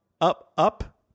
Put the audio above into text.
up-up